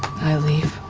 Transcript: i leave.